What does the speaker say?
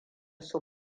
su